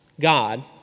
God